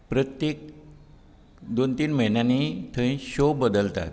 प्रत्येक दोन तीन म्हयन्यांनी थंय शो बदलतात